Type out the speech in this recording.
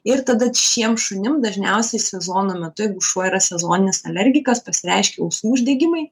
ir tada šiem šunim dažniausiai sezono metu jeigu šuo yra sezoninis alergikas pasireiškia ausų uždegimai